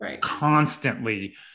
Constantly